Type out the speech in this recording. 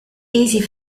easier